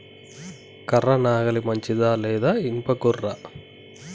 కర్ర నాగలి మంచిదా లేదా? ఇనుప గొర్ర?